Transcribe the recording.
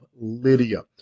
Lydia